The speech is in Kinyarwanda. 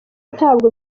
ntabwo